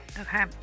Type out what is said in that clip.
Okay